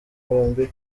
colombia